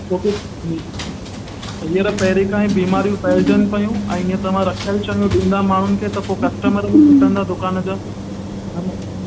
छो की ही हींअर पहिरीं खां ई बीमारियूं फैलिजनि पयूं ऐं हीअं तव्हां रखियल शयूं ॾींदा त माण्हुनि खे त पोइ कस्टमर बि फिटंदा दुकान जा हा न